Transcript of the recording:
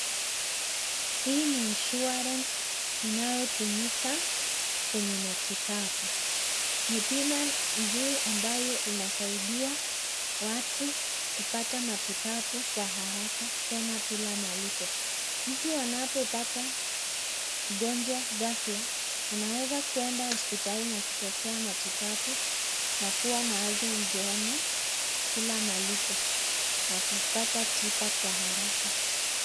Hii ni Insurance inayotumika kwenye matibabu. Ni bima nzuri ambayo inasaidia watu kupata matibabu kwa haraka tena bila malipo. Mtu anapopata ugonjwa ghafla, anaweza kuenda hosipitali na kupokea matibabu na kua na afya njema bila malipo na kupata tiba kwa haraka.